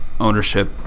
ownership